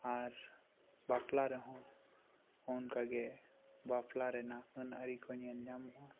ᱟᱨ ᱵᱟᱯᱞᱟᱨᱮᱦᱚᱸ ᱚᱱᱠᱟᱜᱤ ᱵᱟᱯᱞᱟ ᱨᱮᱱᱟᱜ ᱟᱹᱱ ᱟᱹᱨᱤᱠᱩ ᱧᱮᱞ ᱧᱟᱢᱚᱜᱼᱟ